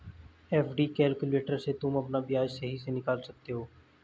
FD calculator से तुम अपना ब्याज सही से निकाल सकते हो